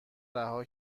رها